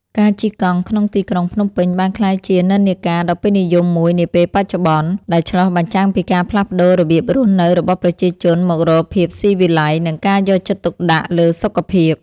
ការជិះកង់ក្នុងទីក្រុងភ្នំពេញ បានក្លាយជានិន្នាការដ៏ពេញនិយមមួយនាពេលបច្ចុប្បន្ន ដែលឆ្លុះបញ្ចាំងពីការផ្លាស់ប្តូររបៀបរស់នៅរបស់ប្រជាជនមករកភាពស៊ីវិល័យ និងការយកចិត្តទុកដាក់លើសុខភាព។